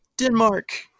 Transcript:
Denmark